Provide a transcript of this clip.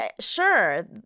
sure